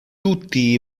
tutti